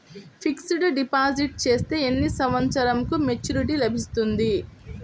Fixed deposit చేస్తే ఎన్ని సంవత్సరంకు మెచూరిటీ లభిస్తుంది?